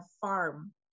farm